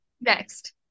next